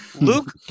Luke